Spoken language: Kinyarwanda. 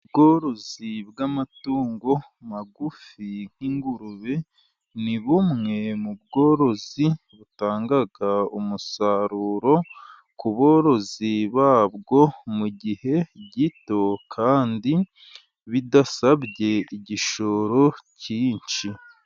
Ubworozi bw'amatungo magufi nk'ingurube, ni bumwe mu bworozi butanga umusaruro ku borozi babwo, mu gihe gito kandi bidasabye igishoro cyinshi.